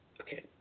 Okay